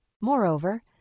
Moreover